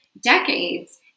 decades